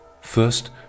first